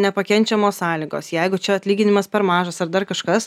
jeigu yra nepakenčiamos sąlygos jeigu čia atlyginimas per mažas ar dar kažkas